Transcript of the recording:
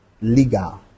legal